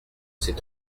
c’est